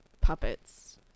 puppets